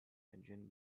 engine